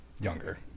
younger